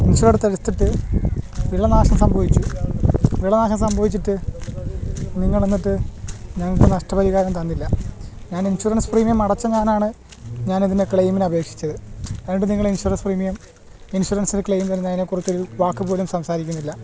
insurance എടുത്തിട്ട് വിളനാശം സംഭവിച്ചു വിളനാശം സംഭവിച്ചിട്ട് നിങ്ങൾ എന്നിട്ട് ഞങ്ങൾക്ക് നഷ്ടപരിഹാരം തന്നില്ല ഞാൻ ഇൻഷുറൻസ് പ്രീമിയം അടച്ച ഞാനാണ് ഞാൻ ഇതിൻ്റെ ക്ലെയിമിന് അപേക്ഷിച്ചത് എന്നിട്ട് നിങ്ങൾ ഇൻഷുറൻസ് പ്രീമിയം ഇൻഷുറൻസിനു ക്ലെയിം തരുന്നതിനെക്കുറിച്ചൊരു വാക്കുപോലും സംസാരിക്കുന്നില്ല